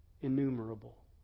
innumerable